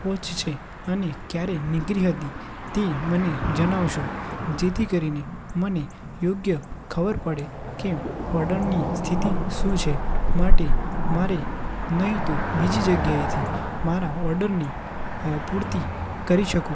પહોંચશે અને ક્યારે નીકળી હતી તે મને જનાવશો જેથી કરીને મને યોગ્ય ખબર પડે કે ઓર્ડરની સ્થિતિ શું છે માટે મારે નહિ તો બીજી જગ્યાએથી મારા ઓર્ડરની પૂર્તિ કરી શકું